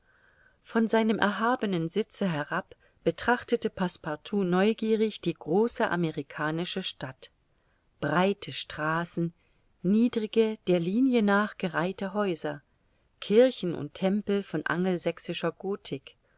von seinem erhabenen sitze herab betrachtete passepartout neugierig die große amerikanische stadt breite straßen niedrige der linie nach gereihte häuser kirchen und tempel von angelsächsischer